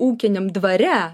ūkiniam dvare